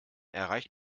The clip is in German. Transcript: erreicht